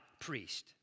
priest